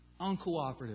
uncooperative